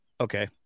okay